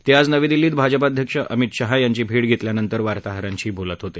ते आज नवी दिल्लीत भाजपाध्यक्ष अमित शाह यांची भेट घेतल्यानंतर वार्ताहरांशी बोलत होते